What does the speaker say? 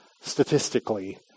statistically